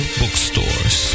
bookstores